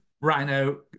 rhino